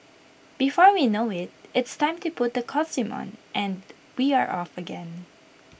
before we know IT it's time to put the costume on and we are off again